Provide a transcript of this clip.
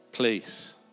Please